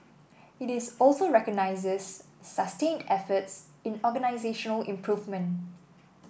it is also recognises sustained efforts in organisational improvement